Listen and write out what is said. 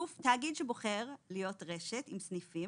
תאגיד שבוחר להיות רשת עם סניפים,